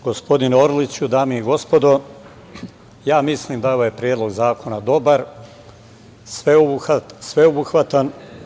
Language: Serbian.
Gospodine, Orliću, dame i gospodo, mislim da ovaj predlog zakona je dobar, sveobuhvatan.